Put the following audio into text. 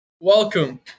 Welcome